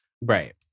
Right